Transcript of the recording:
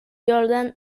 jordan